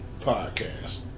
podcast